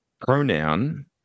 pronoun